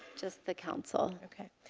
just the counsel. okay.